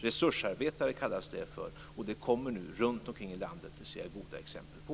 Resursarbetare, kallas det, och det är något som kommer fram runt om i landet. Det ser jag goda exempel på.